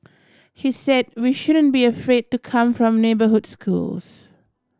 he said we shouldn't be afraid to come from neighbourhood schools